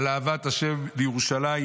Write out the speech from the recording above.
על אהבת השם לירושלים,